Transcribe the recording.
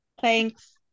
Thanks